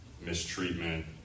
mistreatment